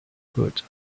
good